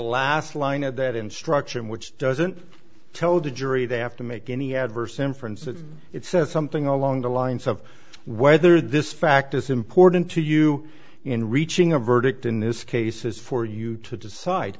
last line of that instruction which doesn't tell the jury they have to make any adverse inference that it says something along the lines of whether this fact is important to you in reaching a verdict in this case is for you to decide